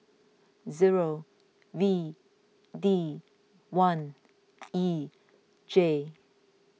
zero V D one E J